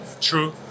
True